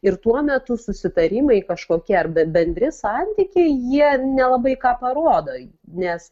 ir tuo metu susitarimai kažkokie arba bendri santykiai jie nelabai ką parodo nes